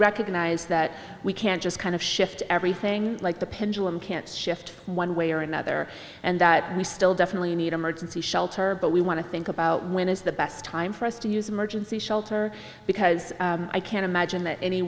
recognize that we can't just kind of shift everything like the pendulum can't shift one way or another and that we still definitely need emergency shelter but we want to think about when is the best time for us to use emergency shelter because i can't imagine that any